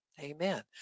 amen